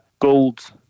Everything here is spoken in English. gold